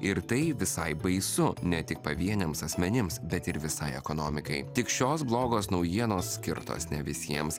ir tai visai baisu ne tik pavieniams asmenims bet ir visai ekonomikai tik šios blogos naujienos skirtos ne visiems